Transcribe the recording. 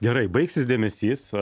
gerai baigsis dėmesys